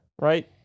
Right